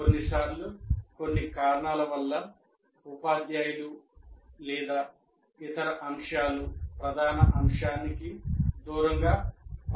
కొన్నిసార్లు కొన్ని కారణాల వల్ల ఉపాధ్యాయులు లేదా ఇతర అంశాలు ప్రధాన అంశానికి దూరంగా కొంత సమయం గడుపుతారు